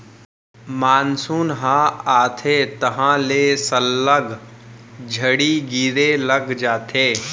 monsoon ह आथे तहॉं ले सल्लग झड़ी गिरे लग जाथे